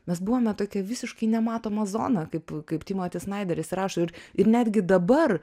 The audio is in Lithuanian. mes buvome tokia visiškai nematoma zona kaip kaip timotis snaideris rašo ir ir netgi dabar